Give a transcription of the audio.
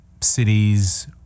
cities